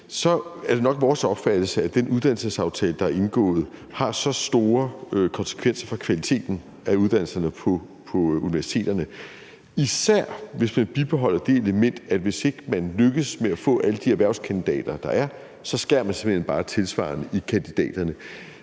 er det nok vores opfattelse, at den uddannelsesaftale, der er indgået, har store konsekvenser for kvaliteten af uddannelserne på universiteterne – især hvis man bibeholder det element, at hvis ikke man lykkes med at få alle de kandidater, der er, ud i erhvervene, skærer man simpelt hen bare tilsvarende i kandidatuddannelserne.